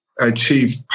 achieve